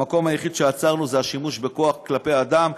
המקום היחיד שעצרנו זה השימוש בכוח כלפי אדם,